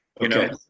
Okay